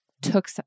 took